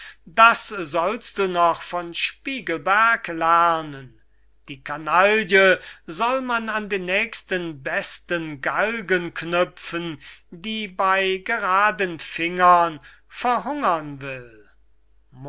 das sollst du noch von spiegelberg lernen die kanaille soll man an den nächsten besten galgen knüpfen die bei geraden fingern verhungern will